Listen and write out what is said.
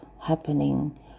happening